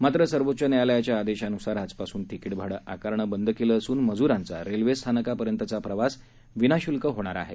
मात्र सर्वोच्च न्यायालयाच्या आदेशानुसार आजपासून तिकीट भाडं आकारण बंद केलं असून मजुरांचा रेल्वेस्थानकापर्यंतचा प्रवास विनाशुल्क होणार आहे